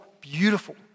beautiful